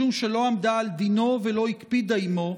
משום שלא עמדה על דינו ולא הקפידה עימו,